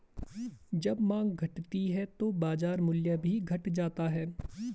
जब माँग घटती है तो बाजार मूल्य भी घट जाता है